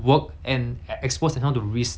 then !wah! 他们更麻烦 [what] right